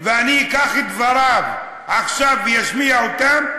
אם אני אקח את דבריו עכשיו ואשמיע אותם,